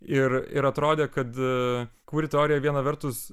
ir ir atrodė kad kver teorija viena vertus